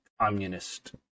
communist